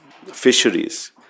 fisheries